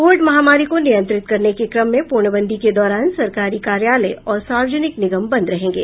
Covid महामारी को नियंत्रित करने के क्रम में पूर्णबंदी के दौरान सरकारी कार्यालय और सार्वजनिक निगम बंद रहेंगे